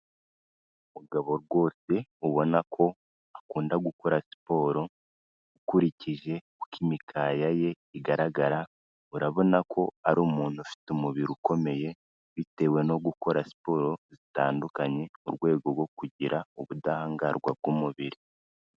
Umugabo rwose ubona ko akunda gukora siporo ukurikije uko imikaya ye igaragara urabona ko ari umuntu ufite umubiri ukomeye bitewe no gukora siporo zitandukanye mu rwego rwo kugira ubudarwa bw'umubiri.